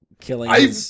killing